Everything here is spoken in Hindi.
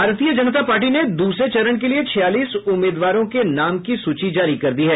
भारतीय जनता पार्टी ने दूसरे चरण के लिए छियालीस उम्मीदवारों के नाम की सूची जारी कर दी है